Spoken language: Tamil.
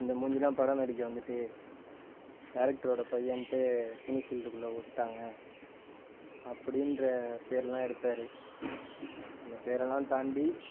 இந்த மூஞ்சிலாம் படம் நடிக்க வந்துட்டு டேரக்டரோட பையனுட்டு சினி ஃபீல்டுக்குள்ள விட்டாங்க அப்படின்ற பேரெல்லாம் எடுத்தார் அந்த பேரெல்லாம் தாண்டி